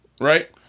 right